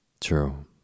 True